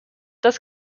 das